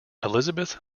elizabeth